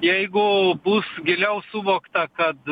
jeigu bus giliau suvokta kad